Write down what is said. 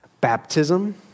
Baptism